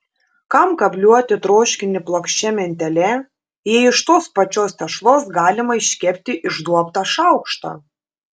kam kabliuoti troškinį plokščia mentele jei iš tos pačios tešlos galima iškepti išduobtą šaukštą